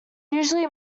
usually